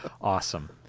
Awesome